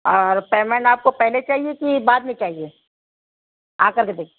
اور پیمنٹ آپ کو پہلے چاہیے کہ بعد نہیں چاہیے آ کر کے دک